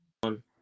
one